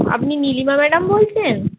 আপনি নীলিমা ম্যাডাম বলছেন